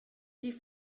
die